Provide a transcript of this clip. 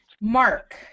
Mark